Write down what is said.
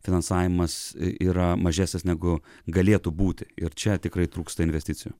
finansavimas yra mažesnis negu galėtų būti ir čia tikrai trūksta investicijų